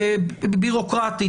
ביורוקרטית,